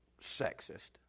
sexist